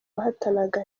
bahatanaga